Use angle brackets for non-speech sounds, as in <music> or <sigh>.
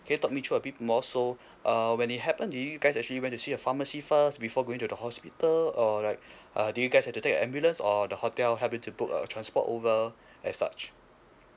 can you talk me through a bit more so <breath> uh when it happen do you guys actually went to see your pharmacy first before going to the hospital or like <breath> uh do you guys have to take the ambulance or the hotel help you to book a transport over as such